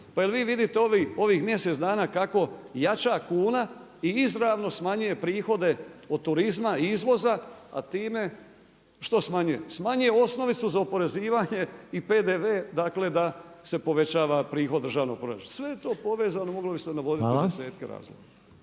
Pa jel' vi vidite ovih mjesec dana kako jača kuna i izravno smanjuje prihode od turizma i izvoza, a time što smanjuje? Smanjuje osnovicu za oporezivanje i PDV, dakle da se povećava prihod državnog proračuna. Sve je to povezano moglo bi se navoditi na desetke razloga.